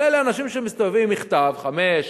אבל אלה אנשים שמסתובבים עם מכתב חמש,